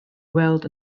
weld